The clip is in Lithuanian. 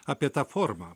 apie tą formą